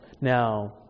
Now